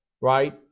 right